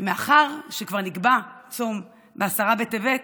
ומאחר שכבר נקבע צום בעשרה בטבת,